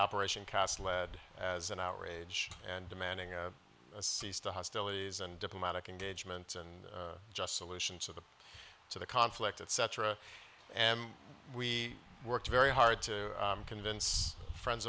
operation cast lead as an outrage and demanding a cease to hostilities and diplomatic engagement and just solution to the to the conflict etc and we worked very hard to convince friends